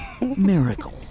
miracle